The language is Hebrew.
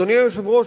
אדוני היושב-ראש,